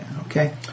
okay